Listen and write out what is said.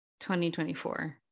2024